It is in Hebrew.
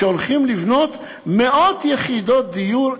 כשהולכים לבנות מאות יחידות דיור.